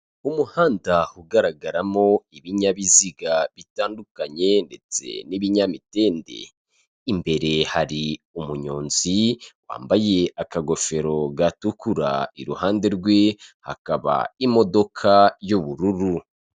Umuhanda ugaragaramo ibinyabiziga bitandukanye ndetse n'ibinyamitende, imbere hari umunyonzi wambaye akagofero gatukura, iruhande rwe hakaba imodoka y'ubururu.